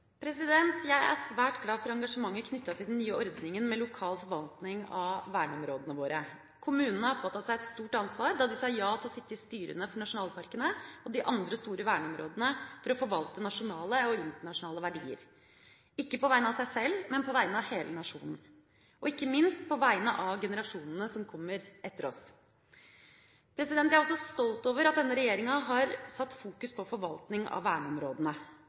Jeg er svært glad for engasjementet knyttet til den nye ordninga med lokal forvaltning av verneområdene våre. Kommunene påtok seg et stort ansvar da de sa ja til å sitte i styrene for nasjonalparkene og de andre store verneområdene for å forvalte nasjonale og internasjonale verdier – ikke på vegne av seg sjøl, men på vegne av hele nasjonen og ikke minst på vegne av generasjonene som kommer etter oss. Jeg er også stolt over at denne regjeringa har satt fokus på forvaltning av verneområdene.